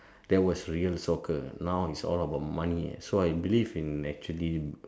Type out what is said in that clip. that was real soccer now it's all about money so I believe in actually